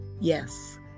Yes